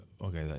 okay